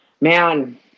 man